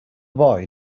boy